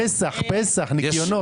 פסח, פסח, ניקיונות.